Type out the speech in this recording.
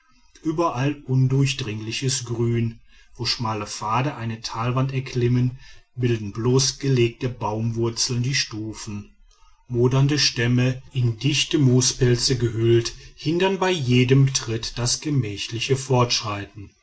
überall undurchdringliches grün wo schmale pfade eine talwand erklimmen bilden bloßgelegte baumwurzeln die stufen modernde stämme in dichte moospelze gehüllt hindern bei jedem tritt das gemächliche fortschreiten